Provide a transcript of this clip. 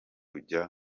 kujya